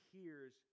hears